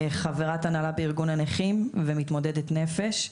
חברת הנהלה בארגון הנכים ומתמודדת נפש.